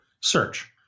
search